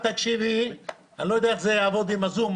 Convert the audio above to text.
אני לא יודע איך זה יעבוד עם הזום,